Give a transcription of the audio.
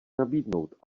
nabídnout